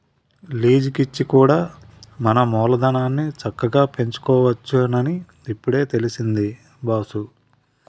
లీజికిచ్చి కూడా మన మూలధనాన్ని చక్కగా పెంచుకోవచ్చునని ఇప్పుడే తెలిసింది బాసూ